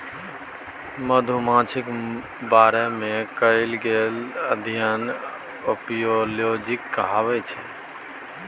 मधुमाछीक बारे मे कएल गेल अध्ययन एपियोलाँजी कहाबै छै